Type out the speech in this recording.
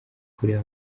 kureba